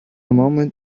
moment